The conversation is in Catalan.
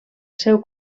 seu